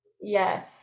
Yes